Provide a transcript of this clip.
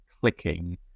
clicking